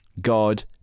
God